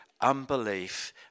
unbelief